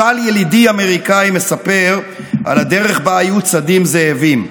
משל ילידי אמריקאי מספר על הדרך שבה היו צדים זאבים: